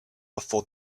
before